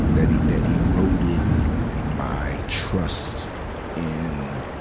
that e, that eroded my trust in,